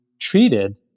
treated